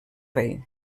rei